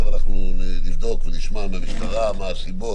תיכף אנחנו נבדוק ונשמע מהמשטרה מה הסיבות,